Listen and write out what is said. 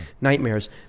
nightmares